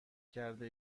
کرده